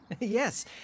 Yes